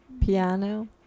piano